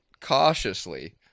cautiously